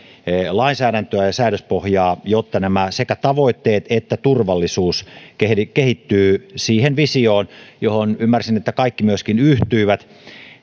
lainsäädäntöä ja säädöspohjaa jotta sekä nämä tavoitteet että turvallisuus kehittyvät siihen visioon johon ymmärsin että kaikki myöskin yhtyivät